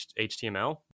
HTML